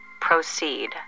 proceed